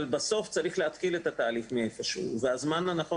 בסוף צריך להתחיל את התהליך מאיפה שהוא והזמן הנכון